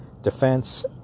defense